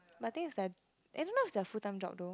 but I think is that is not their full time job though